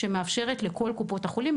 שמאפשרת לכל קופות החולים,